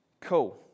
Cool